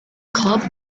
club